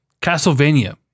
Castlevania